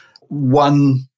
one